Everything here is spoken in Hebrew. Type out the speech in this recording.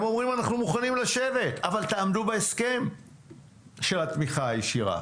הם אומרים: אנחנו מוכנים לשבת אבל תעמדו בהסכם של התמיכה הישירה